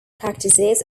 practices